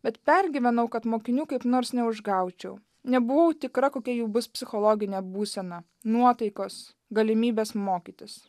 bet pergyvenau kad mokinių kaip nors neužgaučiau nebuvau tikra kokia jų bus psichologinė būsena nuotaikos galimybės mokytis